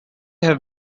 have